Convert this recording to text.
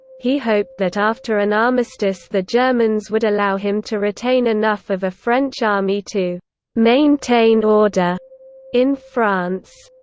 he hoped that after an armistice the germans would allow him to retain enough of a french army to maintain order in france.